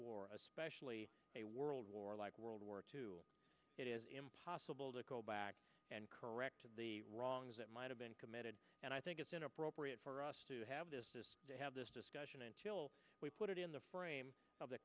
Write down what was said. war especially a world war like world war two it is impossible to go back and correct the wrongs that might have been committed and i think it's inappropriate for us to have to have this discussion until we put it in the frame of the